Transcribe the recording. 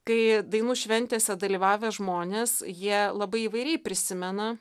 kai dainų šventėse dalyvavę žmonės jie labai įvairiai prisimena